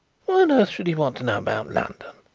on earth should he want to know about london?